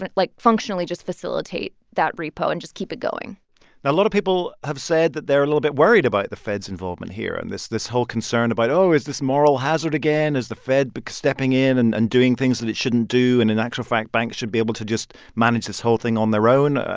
like, functionally just facilitate that repo and just keep it going now, a lot of people have said that they're a little bit worried about the fed's involvement here and this this whole concern about, oh, is this moral hazard again? is the fed but stepping in and and doing things that it shouldn't do? and in actual fact, banks should be able to just manage this whole thing on their own.